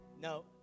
No